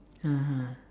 (uh huh)